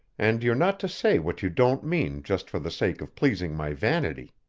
and you're not to say what you don't mean just for the sake of pleasing my vanity.